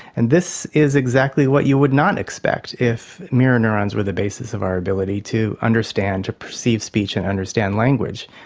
and this is exactly what you would not expect if mirror neurons were the basis of our ability to understand, to perceive speech and understand language.